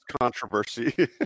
controversy